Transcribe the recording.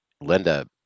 Linda